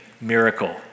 miracle